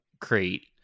create